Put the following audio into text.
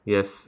Yes